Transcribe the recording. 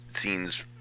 scenes